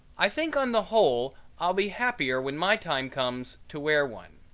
i think on the whole i'll be happier when my time comes to wear one,